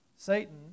Satan